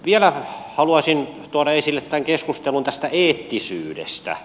vielä haluaisin tuoda esille tämän keskustelun tästä eettisyydestä